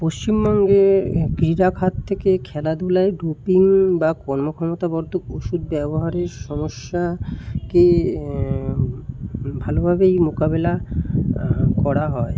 পশ্চিমবঙ্গের ক্রীড়াখাত থেকে খেলাধূলায় ডোপিং বা কর্মক্ষমতাবর্ধক ওষুধ ব্যবহারের সমস্যা কে ভালোভাবেই মোকাবিলা করা হয়